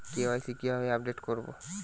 KYC কিভাবে update করব?